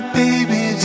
baby